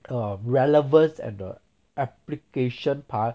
err relevance and the application part